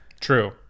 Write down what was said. True